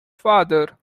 father